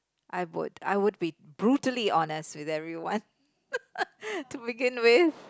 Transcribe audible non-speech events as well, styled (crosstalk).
I would I would be brutally honest with everyone (laughs) to begin with